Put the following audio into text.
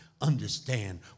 understand